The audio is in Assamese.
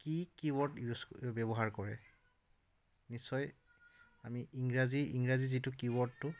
কি কি বৰ্ড ইউজ ব্যৱহাৰ কৰে নিশ্চয় আমি ইংৰাজী ইংৰাজীৰ যিটো কি বোৰ্ডটো